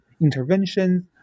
Interventions